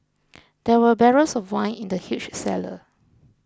there were barrels of wine in the huge cellar